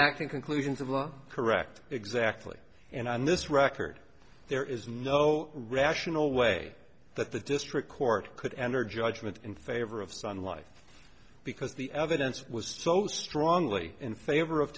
act in conclusions of i'm correct exactly and on this record there is no rational way that the district court could enter judgment in favor of sunlight because the evidence was so strongly in favor of